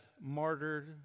martyred